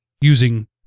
using